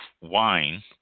wine